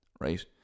right